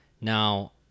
now